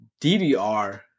DDR